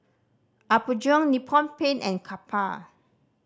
Apgujeong Nippon Paint and Kappa